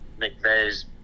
McVeigh's